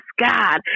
God